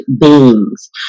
beings